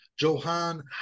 Johan